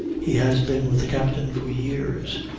he has been with the captain for years.